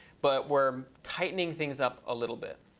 but we're tightening things up a little bit.